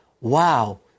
Wow